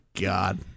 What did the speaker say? god